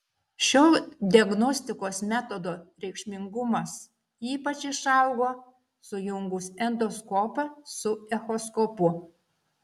šio diagnostikos metodo reikšmingumas ypač išaugo sujungus endoskopą su echoskopu